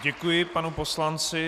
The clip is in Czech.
Děkuji panu poslanci.